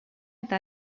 eta